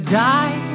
die